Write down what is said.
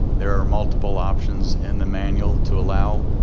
there are multiple options in the manual to allow.